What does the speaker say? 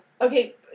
Okay